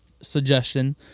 suggestion